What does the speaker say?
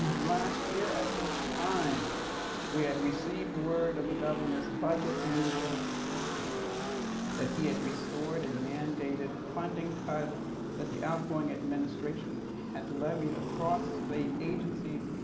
last year at this time we had received word of the governor's budget and were happy that he had restored and mandated funding cut that the outgoing administration had levied across state agencies,